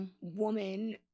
woman